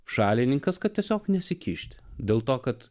šalininkas kad tiesiog nesikišti dėl to kad